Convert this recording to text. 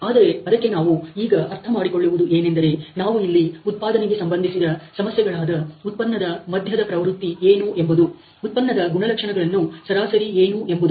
ಆದರೆ ಅದಕ್ಕೆ ನಾವು ಈಗ ಅರ್ಥ ಮಾಡಿಕೊಳ್ಳುವುದು ಏನೆಂದರೆ ನಾವು ಇಲ್ಲಿ ಉತ್ಪಾದನೆಗೆ ಸಂಬಂಧಿಸಿದ ಸಮಸ್ಯೆಗಳಾದ ಉತ್ಪನ್ನದ ಮಧ್ಯದ ಪ್ರವೃತ್ತಿ ಏನು ಎಂಬುದು ಉತ್ಪನ್ನದ ಗುಣಲಕ್ಷಣಗಳನ್ನು ಸರಾಸರಿ ಏನು ಎಂಬುದು